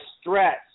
stress